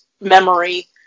memory